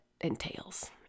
entails